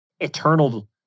eternal